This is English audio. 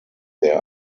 there